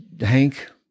Hank